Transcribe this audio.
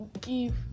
give